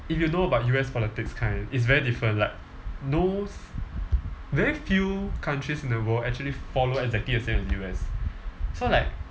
if you know about U_S politics kind it's very different like no very few countries in the world actually follow exactly the same as U_S so like